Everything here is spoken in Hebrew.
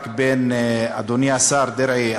אדוני השר דרעי,